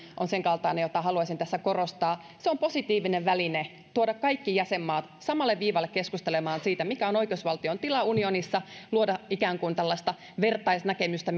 on sen kaltainen asia jota haluaisin tässä korostaa se on positiivinen väline tuoda kaikki jäsenmaat samalle viivalle keskustelemaan siitä mikä on oikeusvaltion tila unionissa ja luoda ikään kuin tällaista vertaisnäkemystä